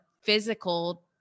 physical